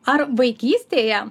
ar vaikystėje